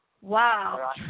Wow